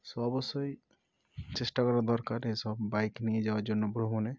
so অবশ্যই চেষ্টা করার দরকার এসব বাইক নিয়ে যাওয়ার জন্য ভ্রমণে